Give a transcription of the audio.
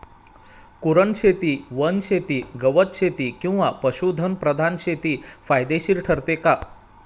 कुरणशेती, वनशेती, गवतशेती किंवा पशुधन प्रधान शेती फायदेशीर ठरते का?